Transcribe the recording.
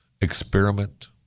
experiment